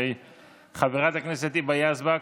חברת הכנסת היבה יזבק,